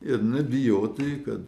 ir nebijoti kad